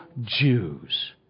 Jews